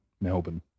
Melbourne